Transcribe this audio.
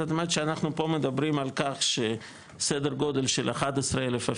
זאת אומרת שאנחנו פה מדברים על כך שסדר גודל של 11 אלף,